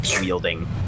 wielding